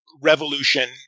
revolution